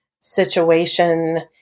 situation